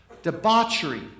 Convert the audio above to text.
Debauchery